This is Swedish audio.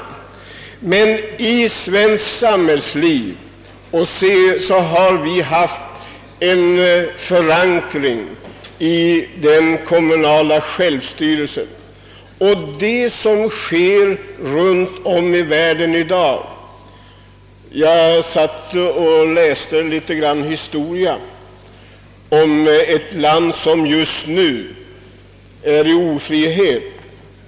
Vi har i svenskt samhällsliv haft förankring i den kommunala självstyrelsen. Om man ser på vad som sker runt om i världen i dag, förstår man att en starkt kommunal självstyrelse har en funktion att fylla. Jag läste nyligen i historien om ett land som just nu befinner sig i ofrihet.